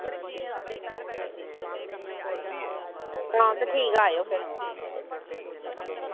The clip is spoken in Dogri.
ते आं ठीक ऐ आयो फिर